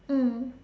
mm